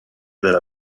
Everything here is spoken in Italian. della